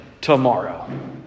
tomorrow